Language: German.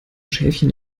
schäfchen